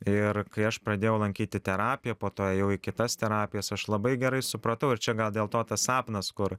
ir kai aš pradėjau lankyti terapiją po to ėjau į kitas terapijas aš labai gerai supratau ir čia gal dėlto tas sapnas kur